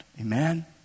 Amen